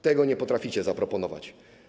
Tego nie potraficie zaproponować.